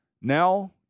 now